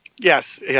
Yes